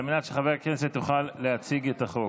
על מנת שחבר הכנסת יוכל להציג את החוק.